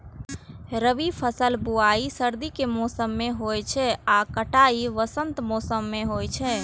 रबी फसलक बुआइ सर्दी के मौसम मे होइ छै आ कटाइ वसंतक मौसम मे होइ छै